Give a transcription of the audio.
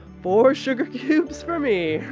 four sugar cubes for me,